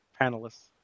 panelists